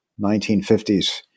1950s